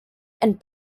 and